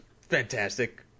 fantastic